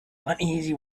uneasy